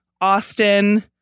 Austin